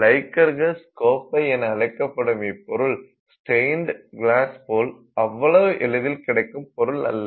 Lycurgus கோப்பை என அழைக்கப்படும் இப்பொருள் ஸ்டேயிண்ட் கிளாஸ் போல் அவ்வளவு எளிதில் கிடைக்கும் பொருள் இல்லை